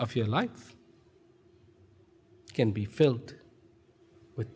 of your life can be filled with